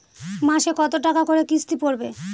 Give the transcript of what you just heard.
মাসে কত টাকা করে কিস্তি পড়বে?